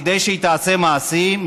כדי שהיא תעשה מעשים,